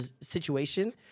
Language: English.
situation